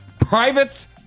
privates